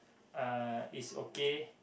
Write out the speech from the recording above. uh is okay